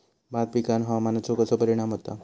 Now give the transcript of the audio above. भात पिकांर हवामानाचो कसो परिणाम होता?